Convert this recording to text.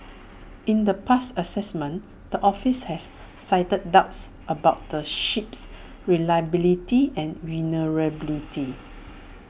in the past assessments the office has cited doubts about the ship's reliability and vulnerability